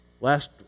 last